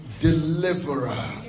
deliverer